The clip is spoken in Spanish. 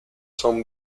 son